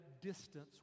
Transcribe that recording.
distance